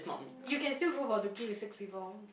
you can still go for with six people